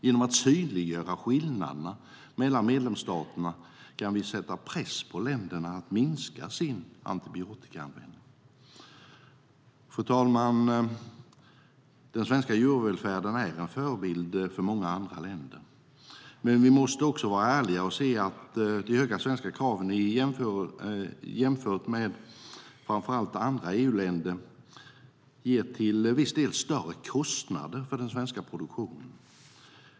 Genom att synliggöra skillnaderna mellan medlemsstaterna kan vi sätta press på länderna att minska sin antibiotikaanvändning. Fru talman! Den svenska djurvälfärden är en förebild för många andra länder. Men vi måste också vara ärliga och se att de höga svenska kraven jämfört med framför allt andra EU-länder till viss del ger större kostnader för den svenska produktionen.